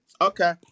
Okay